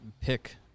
pick